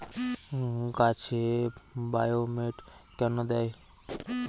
গাছে বায়োমেট কেন দেয়?